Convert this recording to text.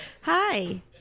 Hi